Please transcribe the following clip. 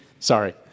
Sorry